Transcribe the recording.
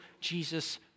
Jesus